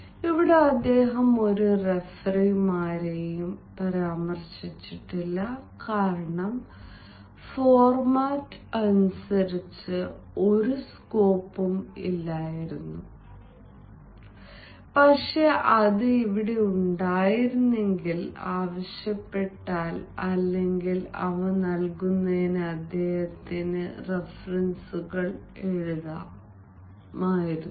ഇവിടെ അദ്ദേഹം ഒരു റഫറിമാരെയും പരാമർശിച്ചിട്ടില്ല കാരണം ഫോർമാറ്റ് അനുസരിച്ച് ഒരു സ്കോപ്പും ഇല്ലായിരുന്നു പക്ഷേ അത് അവിടെ ഉണ്ടായിരുന്നെങ്കിൽ ആവശ്യപ്പെട്ടാൽ അല്ലെങ്കിൽ അവ നൽകുന്നതിന് അദ്ദേഹത്തിന് റഫറൻസുകൾ എഴുതാമായിരുന്നു